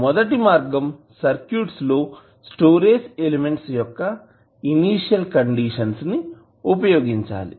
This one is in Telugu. మొదటి మార్గం సర్క్యూట్స్ లో స్టోరేజ్ ఎలిమెంట్స్ యొక్క ఇనిషియల్ కండిషన్స్ ను ఉపయోగించాలి